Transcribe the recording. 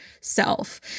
self